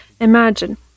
Imagine